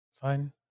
Fine